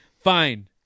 Fine